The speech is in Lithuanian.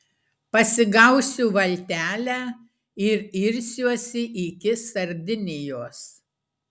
pasigausiu valtelę ir irsiuosi iki sardinijos